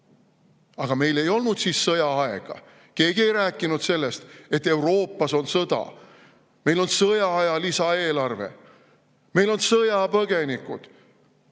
Aga meil ei olnud siis sõjaaega, keegi ei rääkinud sellest, et Euroopas on sõda. Meil on sõjaaja lisaeelarve, meil on sõjapõgenikud.